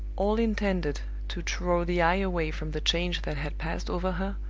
all intended to draw the eye away from the change that had passed over her,